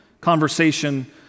conversation